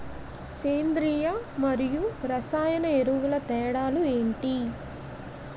సేంద్రీయ మరియు రసాయన ఎరువుల తేడా లు ఏంటి?